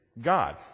God